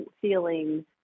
feeling